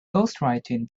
ghostwriting